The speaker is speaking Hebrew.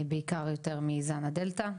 בעיקר יותר מזן הדלתא.